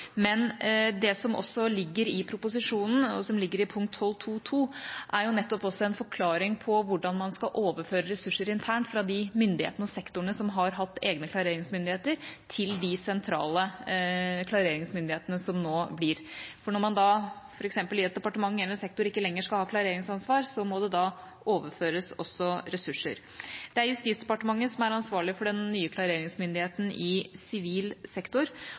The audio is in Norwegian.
men det som også ligger i proposisjonen, i punkt 12.2.2, er nettopp en forklaring på hvordan man skal overføre ressurser internt fra de myndighetene og sektorene som har hatt egne klareringsmyndigheter, til de sentrale klareringsmyndighetene som nå blir. Når man f.eks. i et departement eller i en sektor ikke lenger skal ha klareringsansvar, må det også overføres ressurser. Det er Justisdepartementet som er ansvarlig for den nye klareringsmyndigheten i sivil sektor,